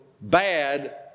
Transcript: bad